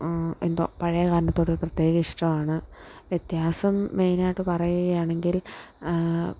എന്തോ പഴയ ഗാനത്തോടൊരു പ്രത്യേക ഇഷ്ടമാണ് വ്യത്യാസം മെയ്നായിട്ട് പറയുകയാണെങ്കിൽ